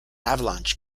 avalanche